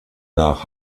nach